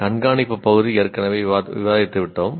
கண்காணிப்பு பகுதி ஏற்கனவே விவாதித்து விட்டோம்